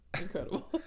incredible